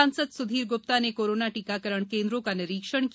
सांसद सुधीर ग्र्प्ता ने कोरोना टीकाकरण केंद्रों का निरीक्षण किया